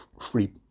free